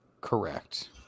Correct